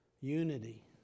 unity